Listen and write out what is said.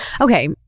Okay